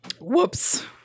Whoops